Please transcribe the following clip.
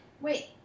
Wait